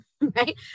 Right